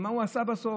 ומה הוא עשה בסוף?